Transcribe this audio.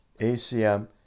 ACM